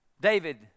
David